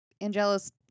Angelus